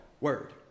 word